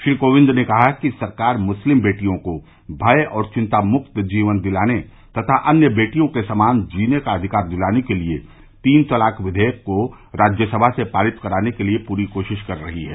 श्री कोविंद ने कहा कि सरकार मुस्लिम बेटियों को भय और चिंतामुक्त जीवन दिलाने तथा अन्य बेटियों के समान जीने का अधिकार दिलाने के लिए तीन तलाक विधेयक को राज्यसभा से पारित कराने के लिए पूरी कोशिश कर रही है